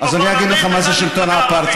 אז אני אגיד לך מה זה שלטון האפרטהייד.